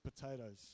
potatoes